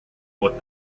what